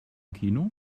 kino